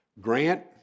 Grant